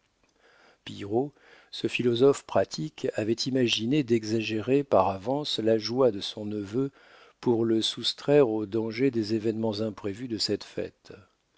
ce philosophe pratique avait imaginé d'exagérer par avance la joie de son neveu pour le soustraire aux dangers des événements imprévus de cette fête